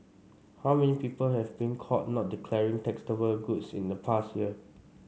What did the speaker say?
how many people have been caught not declaring taxable goods in the past year